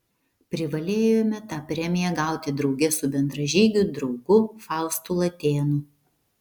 privalėjome tą premiją gauti drauge su bendražygiu draugu faustu latėnu